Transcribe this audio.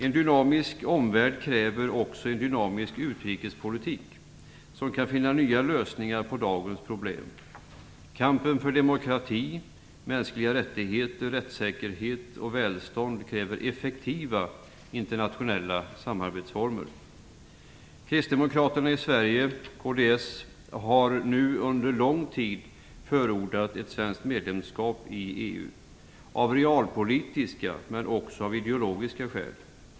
En dynamisk omvärld kräver en dynamisk utrikespolitik som kan finna nya lösningar på dagens problem. Kampen för demokrati, mänskliga rättigheter, rättssäkerhet och välstånd kräver effektiva internationella samarbetsformer. Kristdemokraterna i Sverige, kds, har nu under lång tid förordat ett svenskt medlemskap i EU av realpolitiska men också av ideologiska skäl.